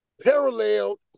paralleled